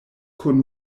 kun